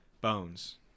Bones